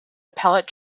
appellate